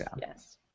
yes